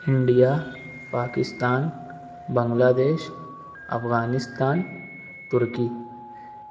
India Pakistan Bangladesh Afghanistan Turkey